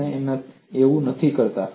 આપણે એવું નથી કરતા